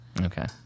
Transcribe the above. Okay